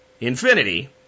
infinity